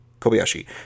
Kobayashi